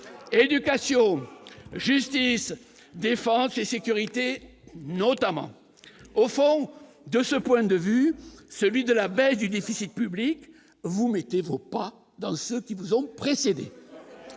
éducation, justice des forfaits sécurité notamment au fond de ce point de vue, celui de la baisse du déficit public, vous mettez vos pas dans ce qui vous ont précédés,